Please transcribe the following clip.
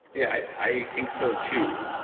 yeah i i think so too.